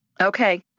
Okay